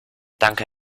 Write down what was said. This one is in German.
danke